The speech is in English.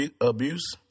abuse